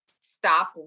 stop